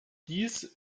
dies